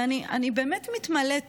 ואני באמת מתמלאת